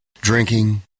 Drinking